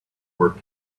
work